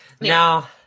Now